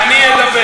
אני אדבר.